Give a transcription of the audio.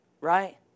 Right